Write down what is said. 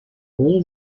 all